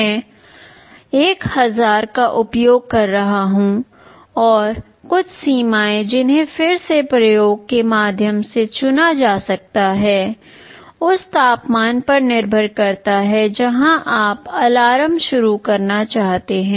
मैं 1000 का उपयोग कर रहा हूं और कुछ सीमाएं जिन्हें फिर से प्रयोग के माध्यम से चुना जा सकता है उस तापमान पर निर्भर करता है जहां आप अलार्म शुरू करना चाहते हैं